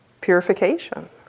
purification